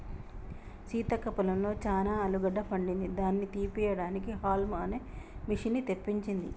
సీతక్క పొలంలో చానా ఆలుగడ్డ పండింది దాని తీపియడానికి హౌల్మ్ అనే మిషిన్ని తెప్పించింది